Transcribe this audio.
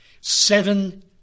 seven